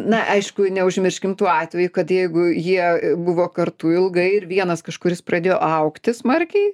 na aišku neužmirškim tų atvejų kad jeigu jie buvo kartu ilgai ir vienas kažkuris pradėjo augti smarkiai